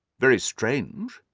very strange!